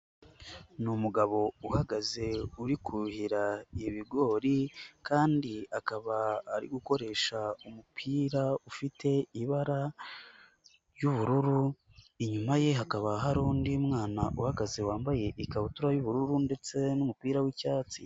Ni umugabo uhagaze uri kuhira ibigori kandi akaba ari gukoresha umupira ufite ibara ry'ubururu, inyuma ye hakaba hari undi mwana uhagaze wambaye ikabutura y'ubururu ndetse n'umupira w'icyatsi.